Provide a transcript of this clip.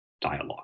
dialogue